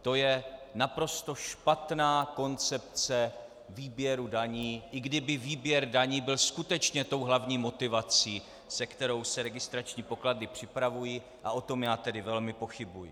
To je naprosto špatná koncepce výběru daní, i kdyby výběr daní byl skutečně tou hlavní motivací, se kterou se registrační pokladny připravují, a o tom já tady velmi pochybuji.